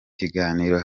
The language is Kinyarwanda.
kiganiro